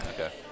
Okay